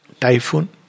typhoon